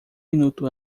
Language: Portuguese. minuto